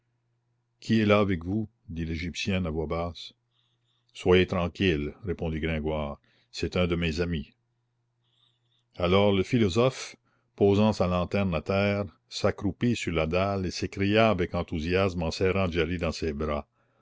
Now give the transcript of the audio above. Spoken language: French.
qui est là avec vous dit l'égyptienne à voix basse soyez tranquille répondit gringoire c'est un de mes amis alors le philosophe posant sa lanterne à terre s'accroupit sur la dalle et s'écria avec enthousiasme en serrant djali dans ses bras